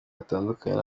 atandukanye